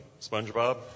SpongeBob